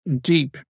deep